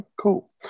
Cool